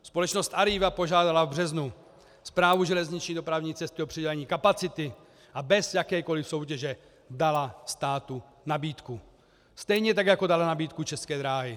Společnost Arriva požádala v březnu Správu železniční dopravní cesty o přidělení kapacity a bez jakékoliv soutěže dala státu nabídku, stejně tak jako daly nabídku České dráhy.